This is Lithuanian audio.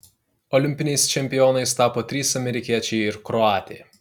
olimpiniais čempionais tapo trys amerikiečiai ir kroatė